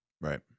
Right